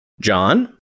John